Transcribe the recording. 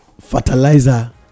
fertilizer